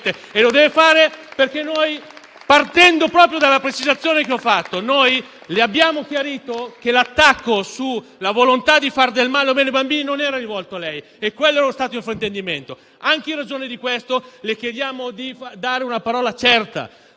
lo deve fare perché noi, partendo proprio dalla precisazione che ho fatto, le abbiamo chiarito che l'attacco sulla volontà di fare del male o no ai bambini non era rivolto a lei: quello è stato il fraintendimento. Anche in ragione di ciò, le chiediamo di esprimere una parola certa